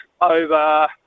over